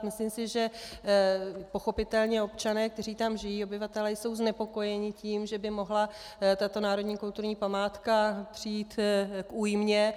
Myslím si, že pochopitelně občané, kteří tam žijí, obyvatelé, jsou znepokojeni tím, že by mohla tato národní kulturní památka přijít k újmě.